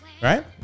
Right